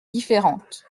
différente